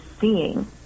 seeing